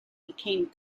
became